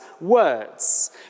words